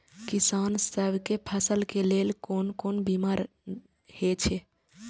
किसान सब के फसल के लेल कोन कोन बीमा हे छे?